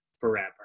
forever